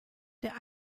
der